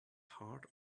heart